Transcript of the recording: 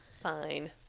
Fine